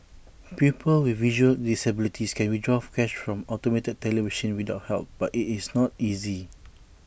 people with visual disabilities can withdraw cash from automated teller machines without help but IT is not easy